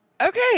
Okay